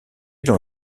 dans